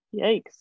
Yikes